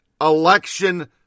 election